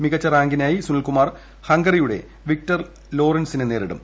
മികച്ച റാങ്കിനായി സുനിൽകുമാർ ഹങ്കറിയുടെ വിക്ടർ ലോറിൻസിനെ നേരിടും